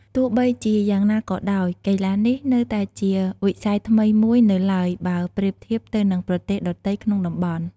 ទោះបីជាយ៉ាងណាក៏ដោយ កីឡានេះនៅតែជាវិស័យថ្មីមួយនៅឡើយបើប្រៀបធៀបទៅនឹងប្រទេសដទៃក្នុងតំបន់។